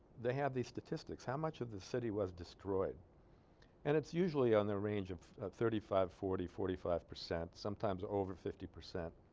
they have the statistics how much of the city was destroyed and it's usually on the range of thirty five forty forty five percent sometimes over fifty percent